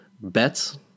bets